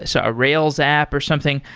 so a rails app or something,